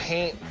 paint,